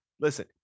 listen